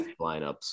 lineups